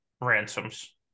ransoms